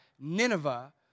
Nineveh